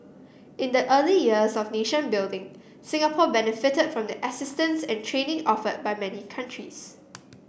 in the early years of nation building Singapore benefited from the assistance and training offered by many countries